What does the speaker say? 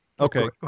Okay